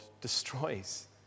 destroys